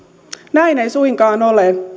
näin ei suinkaan ole